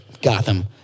gotham